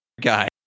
guy